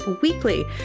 weekly